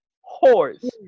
horse